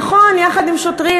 נכון, יחד עם שוטרים.